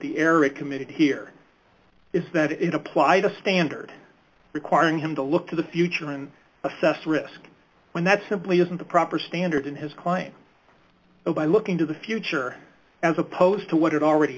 eric committed here is that it applied a standard requiring him to look to the future and assess risk when that simply isn't the proper standard in his claim and by looking to the future as opposed to what had already